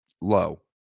low